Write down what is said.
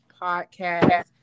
podcast